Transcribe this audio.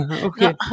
okay